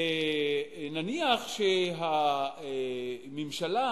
נניח שהממשלה